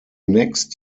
next